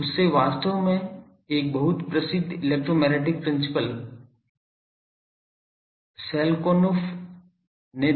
उससे वास्तव में एक बहुत प्रसिद्ध इलेक्ट्रोमैग्नेटिक् प्रिंसिपल आदमी सेलकुनोफ़्फ़